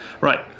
Right